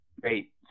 great